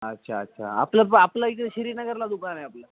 अच्छा अच्छा आपलं प आपलं इथं श्रीनगरला दुकान आहे आपलं